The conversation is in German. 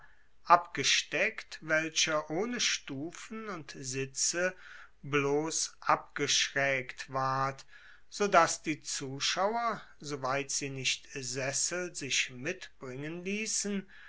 abgesteckt welcher ohne stufen und sitze bloss abgeschraegt ward so dass die zuschauer soweit sie nicht sessel sich mitbringen liessen